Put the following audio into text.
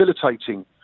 facilitating